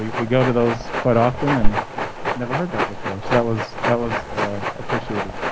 we go to those quite often and never heard that before, so that was that was appreciated.